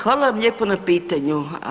Hvala vam lijepo na pitanju.